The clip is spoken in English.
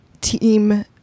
team